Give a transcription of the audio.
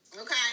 okay